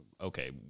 okay